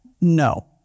No